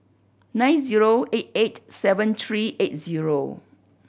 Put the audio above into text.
nine zero eight eight seven three eight zero